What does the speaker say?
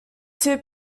two